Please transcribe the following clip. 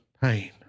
pain